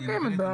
היתה קיימת.